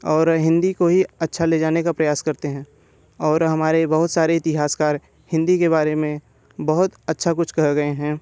और हिन्दी को ही अच्छा ले जाने का प्रयास करते हैं और हमारे बहुत सारे इतिहासकार हिन्दी के बारे में बहुत अच्छा कुछ कह गए हैं